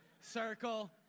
circle